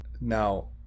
now